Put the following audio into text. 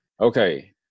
okay